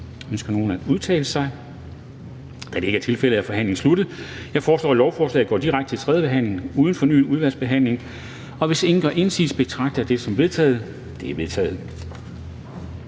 Ønsker nogen at udtale sig? Da det ikke er tilfældet, er forhandlingen sluttet. Jeg foreslår, at lovforslaget går direkte til tredje behandling uden fornyet udvalgsbehandling. Hvis ingen gør indsigelse, betragter jeg det som vedtaget. Det er vedtaget.